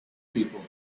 people